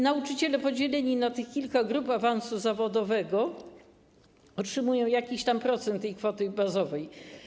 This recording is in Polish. Nauczyciele, podzieleni na kilka grup awansu zawodowego, otrzymują jakiś tam procent kwoty bazowej.